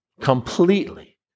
completely